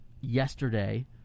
yesterday